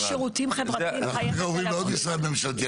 אנחנו עוברים לעוד משרד ממשלתי,